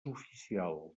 oficial